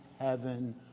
heaven